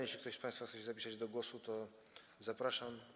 Jeśli ktoś z państwa chce się zapisać do głosu, to zapraszam.